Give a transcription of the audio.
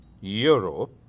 Europe